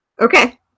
Okay